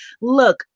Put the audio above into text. look